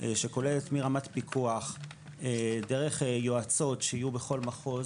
שכוללת מרמת פיקוח דרך יועצות שיהיו בכל מחוז